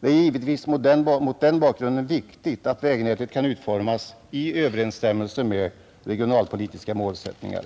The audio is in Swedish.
Det är givetvis mot den bakgrunden viktigt att vägnätet kan utformas i överensstämmelse med regionalpolitiska målsättningar,